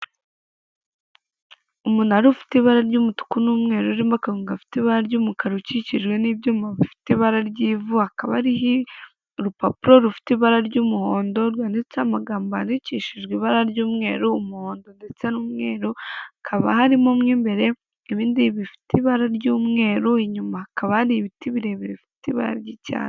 Umunara ufite ibara ry'umutuku n'umweru urimo akantu gafite ibara ry'umukara ukikijwe n'ibyuma bifite ibara ry'ivu, hakaba hariho urupapuro rufite ibara ry'umuhondo rwanditseho amagambo yandikishijwe ibara ry'umweru, umuhondo ndetse n'umweru, hakaba harimo mu imbere ibindi bifite ibara ry'umweru inyuma hakaba ari ibiti birebire bifite ibara ry'icyatsi.